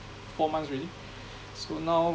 four months already so now